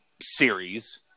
series